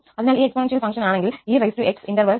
അതിനാൽ ഇത് exponential function ആണെങ്കിൽ ex ഇന്റെര്വല് 0 𝑥 1